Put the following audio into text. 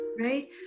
Right